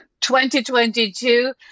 2022